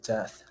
Death